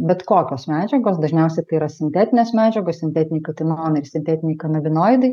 bet kokios medžiagos dažniausiai tai yra sintetinės medžiagos sintetiniai katinonai ir sintetiniai kanabinoidai